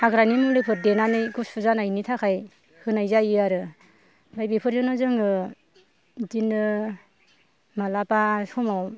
हाग्रानि मुलिफोर देनानै गुसु जानायनि थाखाय होनाय जायो आरो ओमफ्राय बेफोरजोंनो जोङो बिदिनो मालाबा समाव